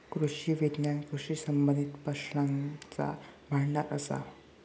कृषी विज्ञान कृषी संबंधीत प्रश्नांचा भांडार असा